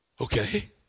Okay